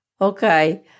Okay